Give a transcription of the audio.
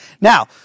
Now